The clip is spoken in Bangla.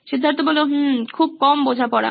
সিদ্ধার্থ কম বোঝাপড়া